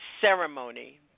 ceremony